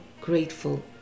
grateful